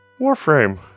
Warframe